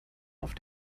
auf